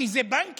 כי זה בנקים,